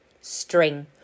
String